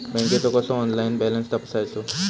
बँकेचो कसो online balance तपासायचो?